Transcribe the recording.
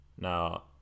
Now